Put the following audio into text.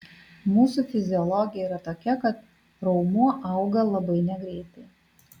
mūsų fiziologija yra tokia kad raumuo auga labai negreitai